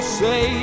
say